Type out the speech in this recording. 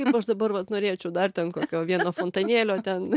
kaip aš dabar vat norėčiau dar ten ko vieno fontanėlio ten